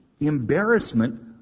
embarrassment